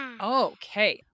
Okay